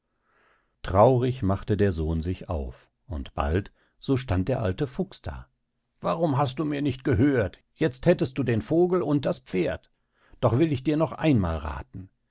traurig machte der sohn sich auf und bald so stand der alte fuchs da warum hast du mir nicht gehört jetzt hättest du den vogel und das pferd doch will ich dir noch einmal rathen